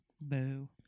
Boo